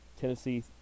Tennessee